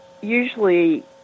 usually